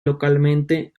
localmente